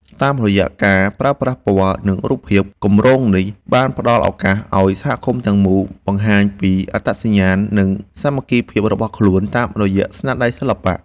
តាមរយៈការប្រើប្រាស់ពណ៌ និងរូបភាព គម្រោងនេះបានផ្ដល់ឱកាសឱ្យសហគមន៍ទាំងមូល បង្ហាញពីអត្តសញ្ញាណ និងសាមគ្គីភាពរបស់ខ្លួនតាមរយៈស្នាដៃសិល្បៈ។